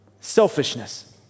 selfishness